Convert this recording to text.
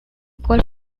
cuál